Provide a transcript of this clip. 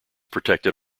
protected